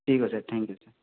ଠିକ୍ ଅଛି thank you sir